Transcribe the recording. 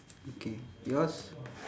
okay yours